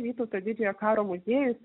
vytauto didžiojo karo muziejus